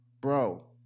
Bro